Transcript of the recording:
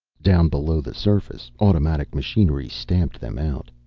down below the surface automatic machinery stamped them out.